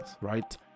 right